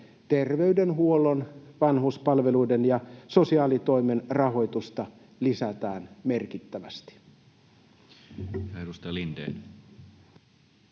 terveydenhuollon, vanhuspalveluiden ja sosiaalitoimen rahoitusta lisätään merkittävästi.